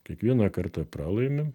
kiekvieną kartą pralaimim